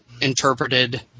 interpreted